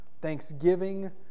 Thanksgiving